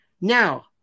now